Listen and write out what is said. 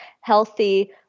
healthy